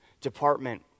department